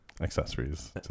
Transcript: accessories